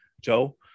Joe